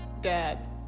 dad